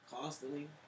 constantly